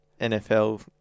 NFL